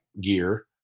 gear